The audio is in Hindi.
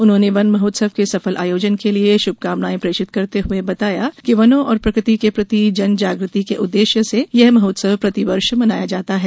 उन्होंने वन महोत्सव के सफल आयोजन के लिये शुभकामनाएँ प्रेषित करते हुए बताया कि वनों और प्रकृति के प्रति जन जागृति के उद्देश्य से यह महोत्सव प्रति वर्ष मनाया जाता है